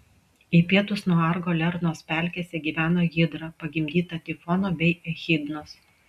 į pietus nuo argo lernos pelkėse gyveno hidra pagimdyta tifono bei echidnos